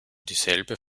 dieselbe